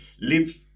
live